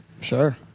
Sure